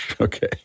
okay